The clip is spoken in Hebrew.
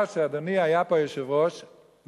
אדוני היושב-ראש היה פה,